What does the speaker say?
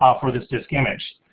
ah for this disk image.